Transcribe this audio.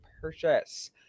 purchase